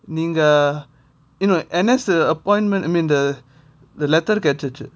நீங்க:neenga eh no N_S uh appointment letter கிடைச்சுச்சு:kedachuchu